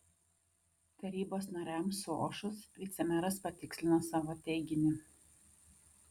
tarybos nariams suošus vicemeras patikslino savo teiginį